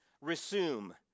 resume